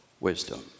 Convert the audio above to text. wisdom